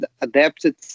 adapted